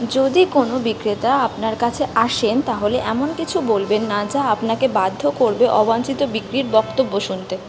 যদি কোনও বিক্রেতা আপনার কাছে আসেন তাহলে এমন কিছু বলবেন না যা আপনাকে বাধ্য করবে অবাঞ্ছিত বিক্রির বক্তব্য শুনতে